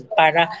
para